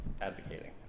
advocating